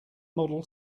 model